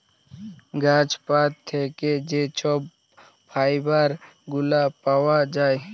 গাহাচ পাত থ্যাইকে যে ছব ফাইবার গুলা পাউয়া যায়